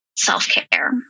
self-care